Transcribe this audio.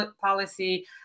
policy